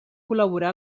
col·laborà